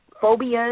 phobias